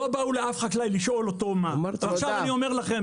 לא באו לאף חקלאי לשאול אותו מה ועכשיו אני אומר לכם,